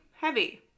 heavy